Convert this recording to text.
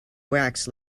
wax